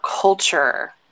culture